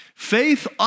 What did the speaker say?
Faith